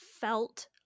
felt